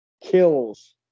kills